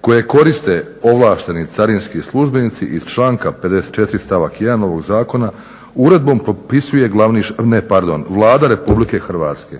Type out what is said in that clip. koje koriste ovlašteni carinski službenici iz članka 54. stavak 1. ovog zakona uredbom propisuje glavni, ne pardon, Vlada RH.